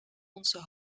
onze